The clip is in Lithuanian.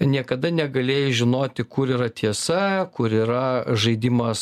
niekada negalėjai žinoti kur yra tiesa kur yra žaidimas